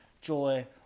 joy